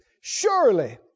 Surely